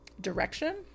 direction